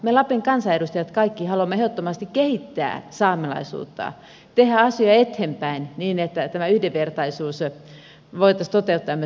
me kaikki lapin kansanedustajat haluamme ehdottomasti kehittää saamelaisuutta viedä asioita eteenpäin niin että tämä yhdenvertaisuus voitaisiin toteuttaa myöskin saamelaisalueella